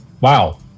Wow